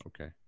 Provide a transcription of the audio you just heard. Okay